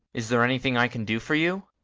is there anything i can do for you?